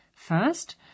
First